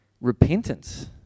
repentance